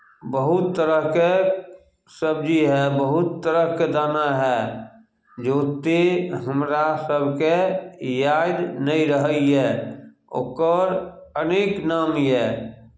बहुत तरहके सबजी हए बहुत तरहके दाना हइ जे ओतेक हमरा सभके याद नहि रहैए ओकर अनेक नाम यए